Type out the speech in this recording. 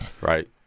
right